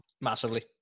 Massively